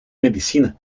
medicina